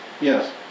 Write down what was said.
yes